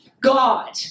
God